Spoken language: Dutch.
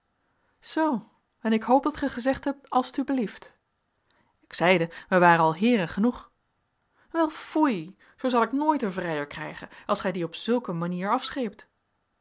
zoo en ik hoop dat gij gezegt hebt als t u belieft ik zeide wij waren al heeren genoeg wel foei zoo zal ik nooit een vrijer krijgen als gij die op zulk een manier afscheept